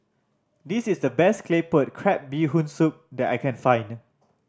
this is the best Claypot Crab Bee Hoon Soup that I can find